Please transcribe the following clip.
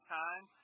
time